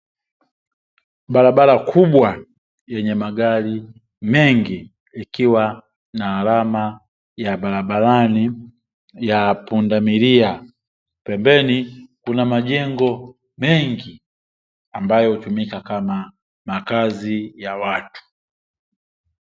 Barabara kubwa yenye magari mengi ikiwa na alama ya barabarani ya punda milia pembeni kuna majengo mengi ambayo hutumika kama makazi ya watu.